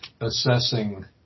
assessing